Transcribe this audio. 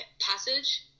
Passage